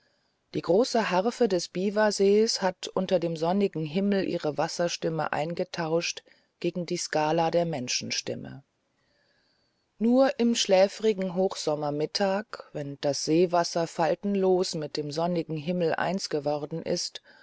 die große harfe des biwasees hat unter dem sonnigen himmel ihre wasserstimme eingetauscht gegen die skala der menschenstimme nur am schläfrigen hochsommermittag wenn das seewasser faltenlos mit dem sonnigen himmel eins geworden ist